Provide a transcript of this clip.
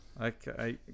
Okay